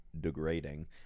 degrading